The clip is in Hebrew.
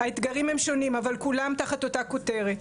האתגרים הם שונים אבל כולם תחת אותה כותרת,